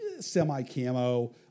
semi-camo